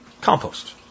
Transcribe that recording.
compost